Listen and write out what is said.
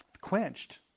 quenched